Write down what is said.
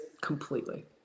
completely